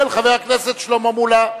של חבר הכנסת שלמה מולה.